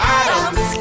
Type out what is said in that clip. atoms